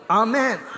Amen